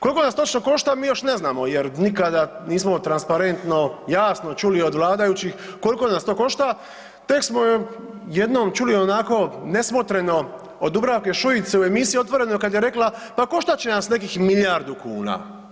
Koliko nas točno košta, mi još ne znamo jer nikada nismo transparentno jasno čuli od vladajućih koliko nas to košta, tek smo jednom čuli onako, nesmotreno od Dubravke Šuice u emisiji Otvoreno kad je rekla pa koštat će nas nekih milijardu kuna.